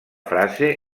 frase